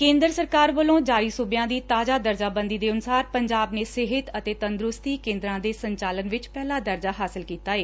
ਕੇਂਦਰ ਸਰਕਾਰ ਵੱਲੋਂ ਜਾਰੀ ਸੁਬਿਆਂ ਦੀ ਤਾਜ਼ਾ ਦਰਜਾਬੰਦੀ ਦੇ ਅਨੁਸਾਰ ਪੰਜਾਬ ਨੇ ਸਿਹਤ ਅਤੇ ਤੰਦਰੁਸਤੀ ਕੇ'ਦਰਾਂ ਦੇ ਸੰਚਾਲਨ ਵਿਚ ਪਹਿਲਾ ਸਬਾਨ ਹਾਸਲ ਕੀਤਾ ਏ